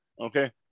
Okay